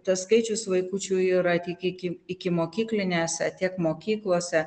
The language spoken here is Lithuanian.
tas skaičius vaikučių yra tiek iki ikimokyklinėse tiek mokyklose